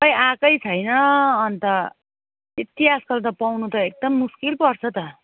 खै आएकै छैन अन्त त्यति आजकल त पाउनु त एकदम मुस्किल पर्छ त